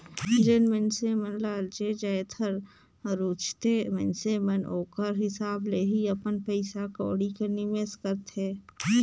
जेन मइनसे मन ल जे जाएत हर रूचथे मइनसे मन ओकर हिसाब ले ही अपन पइसा कउड़ी कर निवेस करथे